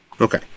Okay